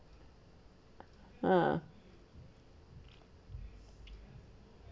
ah